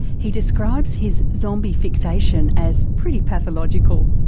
he describes his zombie fixation as pretty pathological.